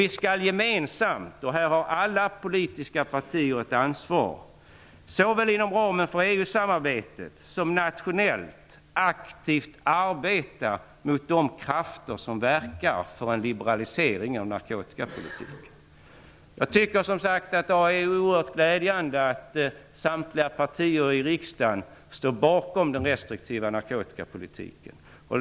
Vi skall gemensamt - här har alla politiska partier ett ansvar - såväl inom ramen för EU-samarbetet som nationellt aktivt arbeta mot de krafter som verkar för en liberalisering av narkotikapolitiken. Jag tycker som sagt att det är oerhört glädjande att samtliga partier i riksdagen står bakom den restriktiva narkotikapolitiken.